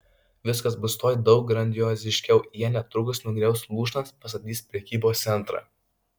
viskas bus tuoj daug grandioziškiau jie netrukus nugriaus lūšnas pastatys prekybos centrą